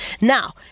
Now